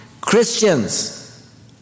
Christians